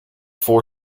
four